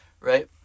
right